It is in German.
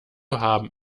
haben